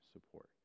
support